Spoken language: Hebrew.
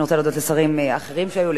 אני רוצה להודות לשרים אחרים שהיו,